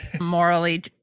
morally